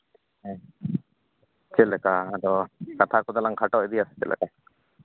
ᱦᱮᱸ ᱪᱮᱫ ᱞᱮᱠᱟ ᱟᱫᱚ ᱠᱟᱛᱷᱟ ᱠᱚᱫᱚ ᱞᱟᱝ ᱠᱷᱟᱴᱚ ᱤᱫᱤᱭᱟ ᱪᱮᱫ ᱞᱮᱠᱟ